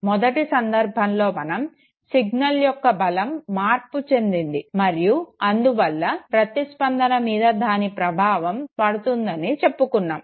మొదటి సందర్బంలో మనం సిగ్నల్ యొక్క బలం మార్పు చెందింది మరియు అందువల్ల ప్రతిస్పందన మీద దాని ప్రభావం పడుతుందని చ్చెప్పుకున్నాము